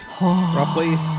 roughly